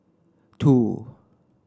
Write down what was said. two